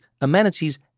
amenities